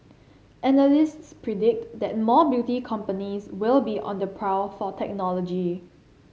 analysts predict that more beauty companies will be on the prowl for technology